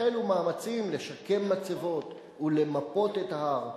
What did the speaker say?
החלו מאמצים לשקם מצבות ולמפות את ההר,